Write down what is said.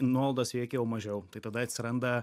nuolaidos veikiau jau mažiau tai tada atsiranda